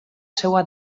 seva